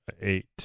eight